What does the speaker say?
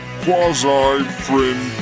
quasi-friend